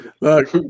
Look